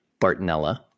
Bartonella